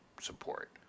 support